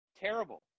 terrible